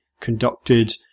Conducted